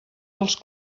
dels